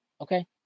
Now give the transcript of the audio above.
Okay